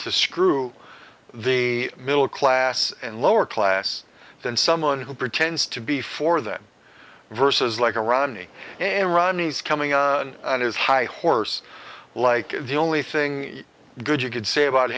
to screw the middle class and lower class than someone who pretends to be for them versus like a romney and romney's coming up on his high horse like the only thing good you could say about